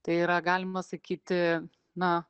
tai yra galima sakyti na